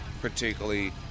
particularly